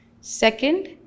second